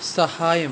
సహాయం